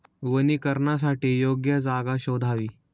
वनीकरणासाठी योग्य जागा शोधावी